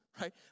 right